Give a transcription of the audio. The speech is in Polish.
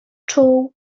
czuł